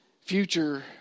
future